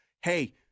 hey